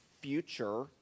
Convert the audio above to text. future